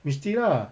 mesti lah